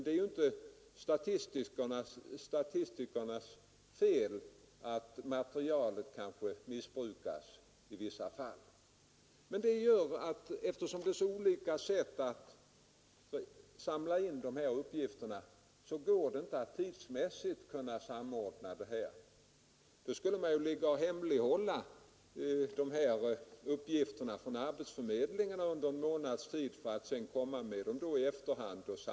Det är ju inte statistikernas fel att uppgifterna kanske sedan missbrukas i vissa fall. Eftersom uppgifterna samlas in på så olika sätt är det inte möjligt att göra en tidsmässig samordning. Då skulle man ju behöva hemlighålla uppgifterna från arbetsförmedlingarna under en månad för att kunna komma med dem i efterhand.